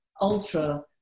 ultra